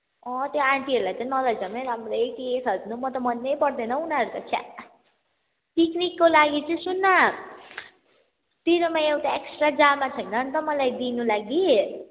अँ त्यो आन्टीहरूलाई त नलैजाऔँ है राम्रै के खालको म त मनै पर्दैन हौ उनीहरू त छ्या पिकनिकको लागि चाहिँ सुन् न तेरोमा एउटा एक्स्ट्रा जामा छैन अनि त मलाई दिनु लागि